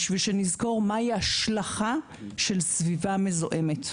כדי שנזכור מה היא ההשלכה של סביבה מזוהמת.